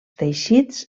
teixits